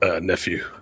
nephew